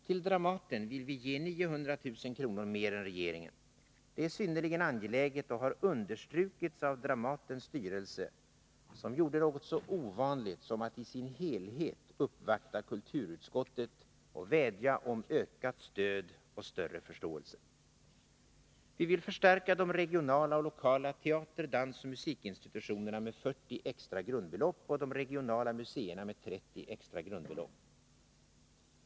Till Dramaten vill vi ge 900 000 kr. mer än regeringen. Detta är synnerligen angeläget och har understrukits av Dramatens styrelse, som gjorde något så ovanligt som att i sin helhet uppvakta kulturutskottet och vädja om ökat stöd och större förståelse. Vi vill förstärka de regionala och lokala teater-, dansoch musikinstitutionerna med 40 extra grundbelopp och de regionala museerna med 30 extra grundbelopp.